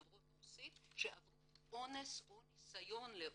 16 דוברות רוסית חוו אונס או ניסיון לאונס.